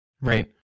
Right